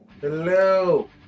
Hello